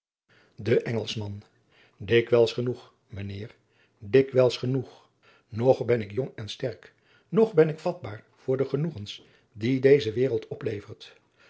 de engelschman dikwijls genoeg mijn heer dikwijls genoeg nog ben ik jong en sterk nog ben ik vatbaar voor de genoegens die deze wereld oplevert